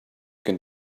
can